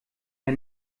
der